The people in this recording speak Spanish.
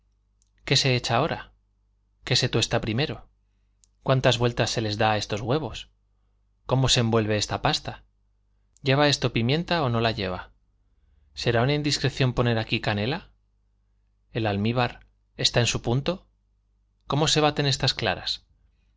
qué se echa ahora qué se tuesta primero cuántas vueltas se les da a estos huevos cómo se envuelve esta pasta lleva esto pimienta o no la lleva será una indiscreción poner aquí canela el almíbar está en su punto cómo se baten estas claras